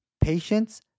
patience